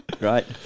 Right